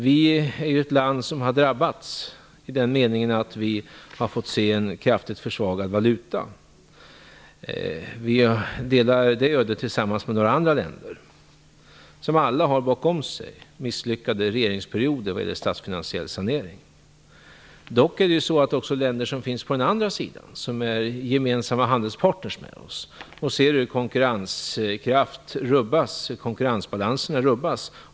Vi är ett land som har drabbats i den meningen att vi har fått se en kraftigt försvagad valuta. Vi delar det ödet med några andra länder som alla bakom sig har misslyckade regeringsperioder vad gäller statsfinansiell sanering. Dock ser också länder som finns på den andra sidan, som är gemensamma handelspartners med oss, hur konkurrensbalanserna rubbas.